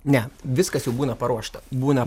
ne viskas jau būna paruošta būna